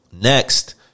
Next